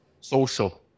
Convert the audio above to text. social